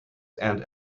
and